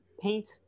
paint